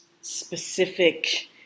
specific